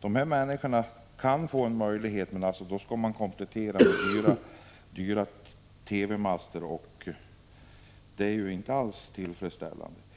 De här människorna kan få en möjlighet att följa sändningarna, men då måste man först komplettera fyra dyra TV-master. Läget är inte alls tillfredsställande.